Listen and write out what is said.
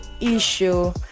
issue